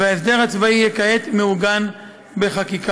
וההסדר הצבאי יהיה כעת מעוגן בחקיקה.